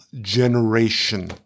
generation